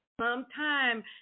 sometime